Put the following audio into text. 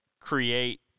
create